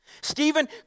Stephen